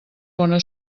bona